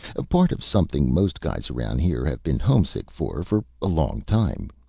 part of something most guys around here have been homesick for, for a long time.